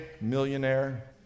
millionaire